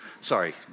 Sorry